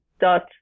dot